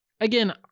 again